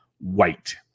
White